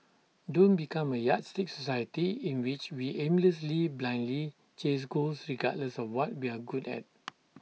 don't become A yardstick society in which we aimlessly blindly chase goals regardless of what we're good at